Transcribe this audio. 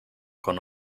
con